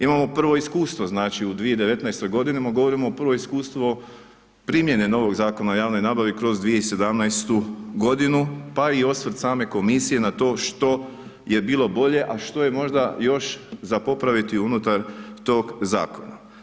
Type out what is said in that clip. Imamo prvo iskustvo, znači u 2019. godini govorimo o prvo iskustvo primjene novog Zakona o javnoj nabavi kroz 2017. godinu pa i osvrt same komisije na to što je bilo bolje a što je možda još za popraviti unutar tog zakona.